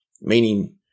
Meaning